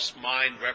mind